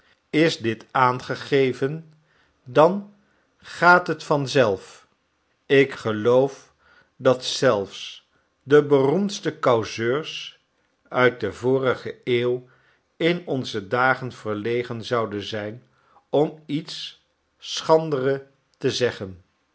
is dit aangegeven dan gaat het van zelf ik geloof dat zelfs de beroemste causeurs uit de vorige eeuw in onze dagen verlegen zouden zijn om iets schrandere te zeggen